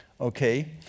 Okay